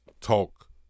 talk